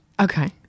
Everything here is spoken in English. Okay